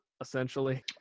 essentially